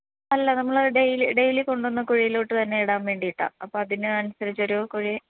അല്ല നമ്മളത് daily daily കൊണ്ടുവന്നു കുഴിയിലോട്ട് തന്നെ ഇടാൻ വേണ്ടിയിട്ടാണ് അപ്പം അതിനനുസരിച്ചൊരു കുഴി